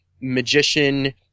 magician